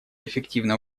эффективное